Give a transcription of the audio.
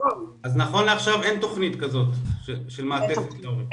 אז נכון להיום אין תכנית כזו של מעטפת להורים.